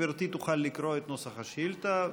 גברתי תוכל לקרוא את נוסח השאילתה,